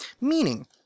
Meaning